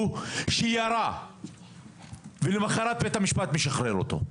שירה ולמוחרת בית המשפט משחרר אותו.